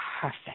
Perfect